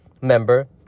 member